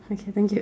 okay thank you